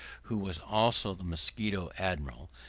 who was also the musquito admiral,